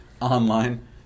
online